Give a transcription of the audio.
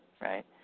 right